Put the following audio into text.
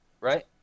right